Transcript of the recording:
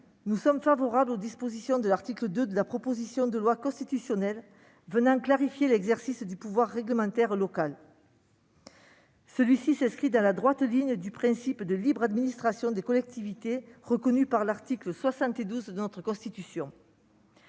nous sommes favorables aux dispositions de l'article 2 de la proposition de loi constitutionnelle, qui permet de clarifier l'exercice du pouvoir réglementaire local. Cet article s'inscrit dans la droite ligne du principe de libre administration des collectivités reconnu par l'article 72 de notre constitution.